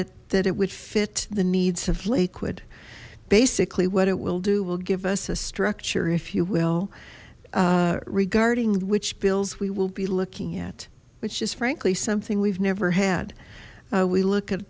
it that it would fit the needs of liquid basically what it will do will give us a structure if you will regarding which bills we will be looking at which is frankly something we've never had we look at